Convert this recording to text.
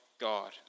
God